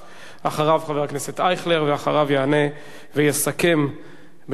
ואחריו יענה ויסכם בשם הממשלה השר פלד.